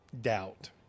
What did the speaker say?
doubt